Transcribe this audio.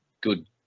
good